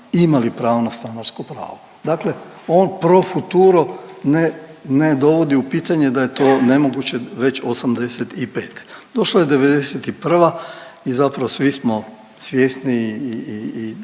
imali pravo na stanarsko pravo. Dakle, on pro futuro ne dovodi u pitanje da je to nemoguće već '85.. Došla je '91. i zapravo svi smo svjesni i